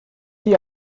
die